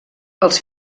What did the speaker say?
els